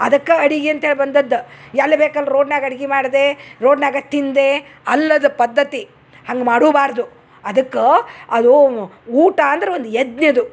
ಅದಕ್ಕೆ ಅಡಿಗೆ ಅಂತೇಳಿ ಬಂದದ್ದ ಎಲ್ಲಿ ಬೇಕು ಅಲ್ಲಿ ರೋಡ್ನಾಗ ಅಡಿಗೆ ಮಾಡದೇ ರೋಡ್ನಾಗ ತಿಂದೇ ಅಲ್ಲದ ಪದ್ಧತಿ ಹಂಗೆ ಮಾಡೂಬಾರದು ಅದಕ್ಕೆ ಅದೂ ಊಟ ಅಂದ್ರ ಒಂದು ಯಜ್ಞಿದು